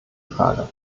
frage